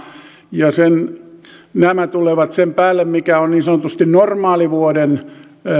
ja nämä tulevat sen päälle mikä on niin sanotusti normaalivuoden